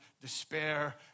despair